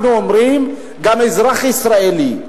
אנחנו אומרים גם "אזרח ישראלי",